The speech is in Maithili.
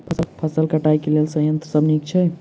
फसल कटाई लेल केँ संयंत्र सब नीक छै?